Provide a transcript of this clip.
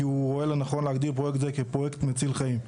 הוא רואה לנכון להגדיר פרויקט זה כפרויקט מציל חיים.